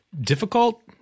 difficult